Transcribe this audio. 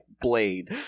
blade